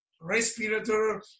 respirator